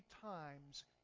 times